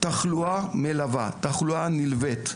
תחלואה מלווה, תחלואה נלווית,